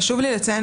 חשוב לי לציין,